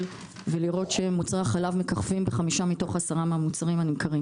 ולראות שמוצרי החלב מככבים בחמישה מתוך עשרה הנמכרים.